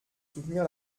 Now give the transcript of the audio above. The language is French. soutenir